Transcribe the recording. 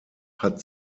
hat